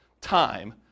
time